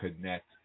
connect